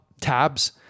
tabs